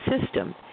system